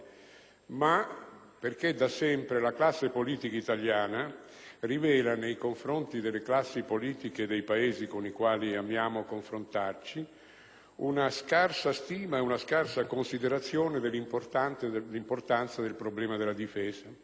ma perché da sempre la classe politica italiana rivela, rispetto alle classi politiche dei Paesi con i quali amiamo confrontarci, una scarsa stima ed una scarsa considerazione dell'importanza del problema della difesa.